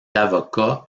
avocat